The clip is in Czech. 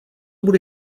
bude